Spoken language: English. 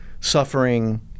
suffering